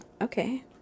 Okay